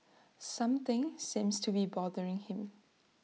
something seems to be bothering him